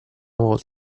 volta